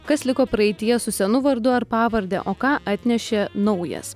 kas liko praeityje su senu vardu ar pavarde o ką atnešė naujas